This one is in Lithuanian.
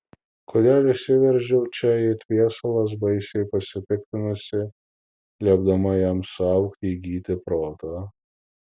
kodėl įsiveržiau čia it viesulas baisiai pasipiktinusi liepdama jam suaugti įgyti proto